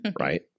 right